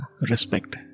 respect